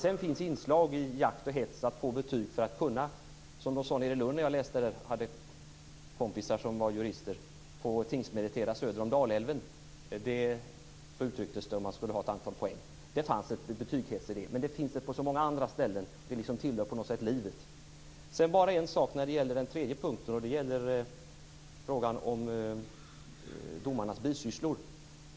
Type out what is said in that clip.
Sedan finns det inslag av jakt och hets för att få betyg för att - som de sade i Lund när jag läste där och hade kompisar som var jurister - få tingsmeritera söder om Dalälven. Så uttrycktes det. Man skulle ha ett antal poäng, och det fanns en betygshets i det. Men det finns det på så många andra ställen. Det tillhör på något sätt livet. Den tredje punkten gäller frågan om domarnas bisysslor.